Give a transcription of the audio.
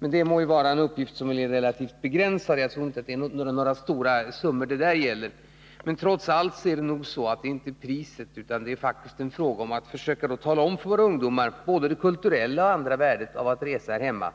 Det må vara en uppgift som är relativt begränsad. Jag trorinte att det gäller några stora summor. Trots allt är inte priset det viktiga, utan det gäller att för våra ungdomar försöka tala om vilket kulturellt värde och andra värden som ligger i att resa hemma.